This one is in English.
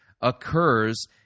occurs